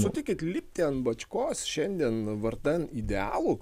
sutikit lipti ant bačkos šiandien vardan idealų